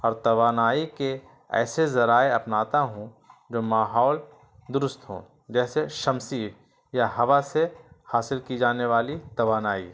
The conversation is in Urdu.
اور توانائی کے ایسے ذرائع اپناتا ہوں جو ماحول درست ہوں جیسے شمسی یا ہوا سے حاصل کی جانے والی توانائی